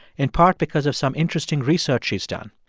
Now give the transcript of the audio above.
in part because of some interesting research she's done.